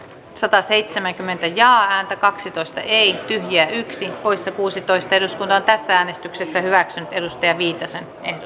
sataseitsemänkymmentä ja häntä kaksitoista ei tyhjiä yksi poissa kuusitoista eli tässä äänestyksessä hyväksytty ja äänestysjärjestys hyväksyttiin